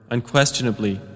Unquestionably